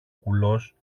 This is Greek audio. κουλός